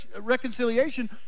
reconciliation